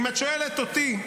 אם את שואלת אותי,